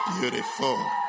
Beautiful